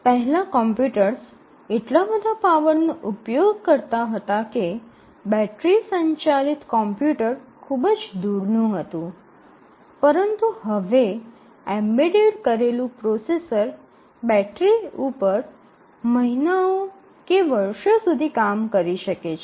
પહેલા કોમ્પ્યુટર્સ એટલા બધા પાવરનો ઉપયોગ કરતા હતા કે બેટરી સંચાલિત કોમ્પ્યુટર અસ્વાભાવિક હતું પરંતુ હવે એમ્બેડેડ કરેલું પ્રોસેસર બેટરી પર મહિનાઓ કે વર્ષો સુધી કામ કરી શકે છે